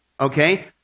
okay